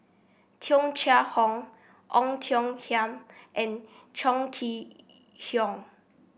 Tung Chye Hong Ong Tiong Khiam and Chong Kee Hiong